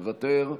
מוותר,